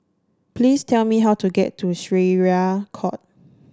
please tell me how to get to Syariah Court